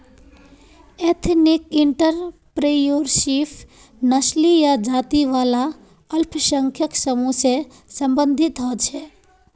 ethnic entrepreneurship नस्ली या जाती वाला अल्पसंख्यक समूह से सम्बंधित होछे